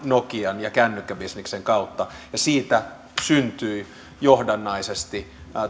nokian ja kännykkäbisneksen kautta ja siitä syntyi johdannaisesti